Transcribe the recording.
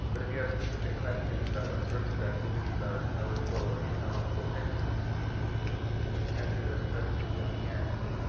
but if you have specific questions about what sorts of activities are eligible or ineligible, ineligible, technically speaking, we can answer those questions at the end.